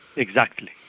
exactly.